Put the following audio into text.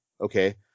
Okay